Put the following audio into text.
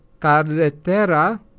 Carretera